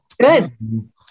good